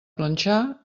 planxar